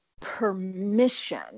permission